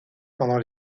pendant